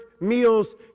meals